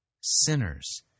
sinners